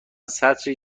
سطری